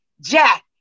Jack